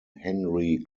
henry